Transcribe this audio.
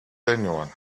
anyone